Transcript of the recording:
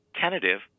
tentative